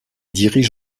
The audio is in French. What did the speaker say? dirige